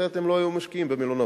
אחרת הם לא היו משקיעים במלונאות.